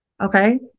Okay